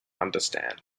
understand